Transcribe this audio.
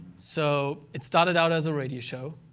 so it started out as a radio show,